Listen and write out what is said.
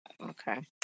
Okay